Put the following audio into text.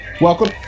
Welcome